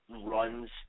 runs